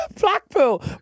Blackpool